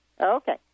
Okay